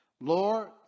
Lord